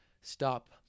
stop